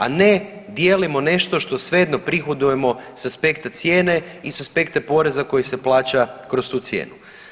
A ne dijelimo nešto što svejedno prihodujemo sa aspekta cijene i sa aspekta poraza koji se plaća kroz tu cijenu.